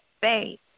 faith